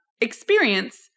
experience